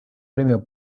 premio